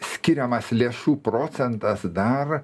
skiriamas lėšų procentas dar